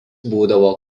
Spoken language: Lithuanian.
būdavo